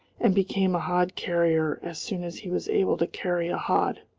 and became a hod-carrier as soon as he was able to carry a hod.